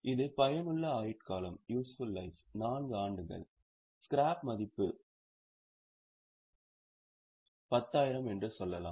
இது பயனுள்ள ஆயுட்காலம் 4 ஆண்டுகள் ஸ்கிராப் மதிப்பு 10000 என்று சொல்லலாம்